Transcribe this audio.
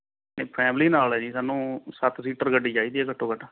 family ਨਾਲ ਹੈ ਜੀ ਸਾਨੂੰ ਸੱਤ ਸੀਟਰ ਗੱਡੀ ਚਾਹੀਦੀ ਹੈ ਘੱਟੋ ਘੱਟ